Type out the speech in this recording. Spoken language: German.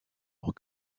auch